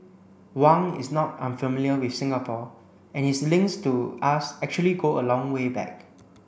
Wang is not unfamiliar with Singapore and his links to us actually go a long way back